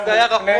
כי זה היה רחוק.